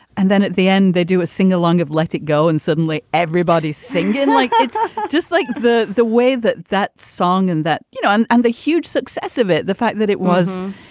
and then at the end, they do a singalong of let it go. and suddenly everybody's singing like it's ah just like the the way that that song and that, you know, and and the huge success of it, the fact that it was,